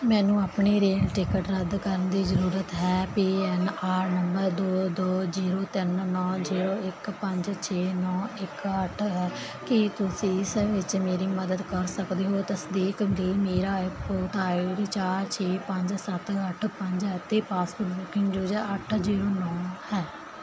ਮੈਨੂੰ ਆਪਣੀ rail ticket ਰੱਦ ਕਰਨ ਦੀ ਜ਼ਰੂਰਤ ਹੈ ਪੀ ਐੱਨ ਆਰ ਨੰਬਰ ਦੋ ਦੋ ਜ਼ੀਰੋ ਤਿੰਨ ਨੌਂ ਜ਼ੀਰੋ ਇੱਕ ਪੰਜ ਛੇ ਨੌਂ ਇੱਕ ਅੱਠ ਹੈ ਕੀ ਤੁਸੀਂ ਇਸ ਵਿੱਚ ਮੇਰੀ ਮਦਦ ਕਰ ਸਕਦੇ ਹੋ ਤਸਦੀਕ ਲਈ ਮੇਰਾ ਉਪਭੋਗਤਾ ਆਈਡੀ ਚਾਰ ਛੇ ਪੰਜ ਸੱਤ ਅੱਠ ਪੰਜ ਅਤੇ ਪਾਸਵਰਡ ਬੁਕਿੰਗ ਯੂਜ਼ਰ ਅੱਠ ਜ਼ੀਰੋ ਨੌਂ ਹੈ